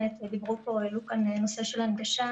ודיברו פה והעלו כאן את נושא של ההנגשה,